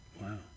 Wow